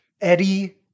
Eddie